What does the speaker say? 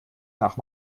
nach